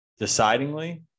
decidingly